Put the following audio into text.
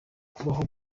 kubaho